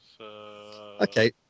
Okay